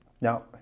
Now